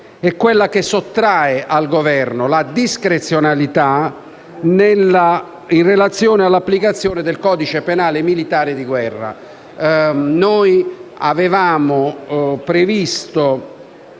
alla Camera sottrae al Governo la discrezionalità in relazione all'applicazione del codice penale militare di guerra. Nel provvedimento